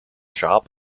shop